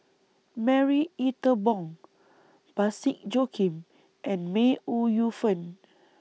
Marie Ethel Bong Parsick Joaquim and May Ooi Yu Fen